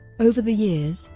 over the years,